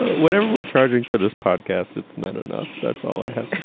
whatever we're charging for this podcast, it's not enough. that's all i have